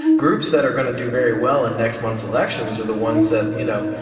groups that are going to do very well in next month's elections are the ones that, you know,